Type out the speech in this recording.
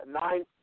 nine